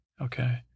okay